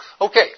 Okay